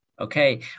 Okay